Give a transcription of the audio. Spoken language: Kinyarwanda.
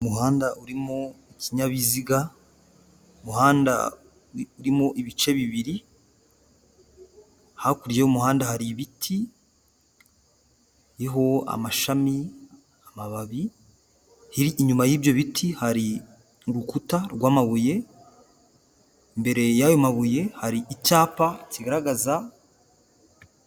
Umuhanda urimo ikinyabiziga, umuhanda urimo ibice bibiri, hakurya y'umuhanda hari ibiti, biriho amashami, amababibi, inyuma y'ibyo biti hari urukuta rw'amabuye, imbere yayo mabuye hari icyapa kigaragaza.